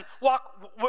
walk